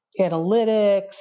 analytics